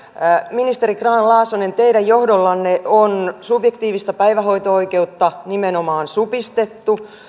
ministeri grahn laasonen teidän johdollanne on subjektiivista päivähoito oikeutta nimenomaan supistettu